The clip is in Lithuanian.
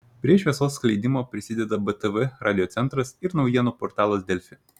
prie šviesos skleidimo prisideda btv radiocentras ir naujienų portalas delfi